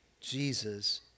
Jesus